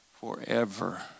forever